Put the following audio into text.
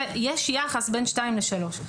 יש יחס בין 2 ל-3.